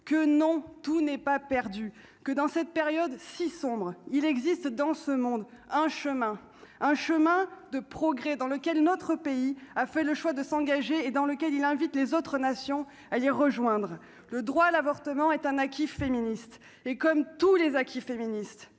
que non, tout n'est pas perdu que dans cette période si sombre, il existe dans ce monde un chemin, un chemin de progrès dans lequel notre pays, a fait le choix de s'engager et dans lequel il invite les autres nations elle rejoindre le droit à l'avortement est un acquis féministes et comme tous les acquis féministes,